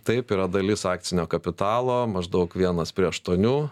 taip yra dalis akcinio kapitalo maždaug vienas prie aštuonių